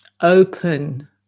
open